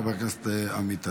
חבר הכנסת עמית הלוי.